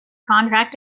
contract